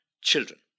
children